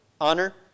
honor